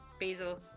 basil